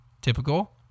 Typical